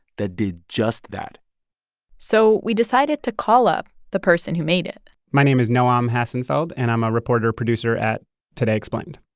that did just that so we decided to call up the person who made it my name is noam um hassenfeld, and i'm a reporter-producer at today, explained.